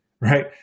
right